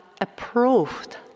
approved